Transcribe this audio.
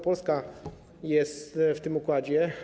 Polska jest w tym układzie.